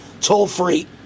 toll-free